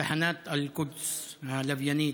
תחנת אל-קודס הלוויינית,